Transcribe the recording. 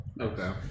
Okay